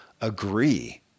agree